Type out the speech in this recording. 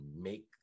make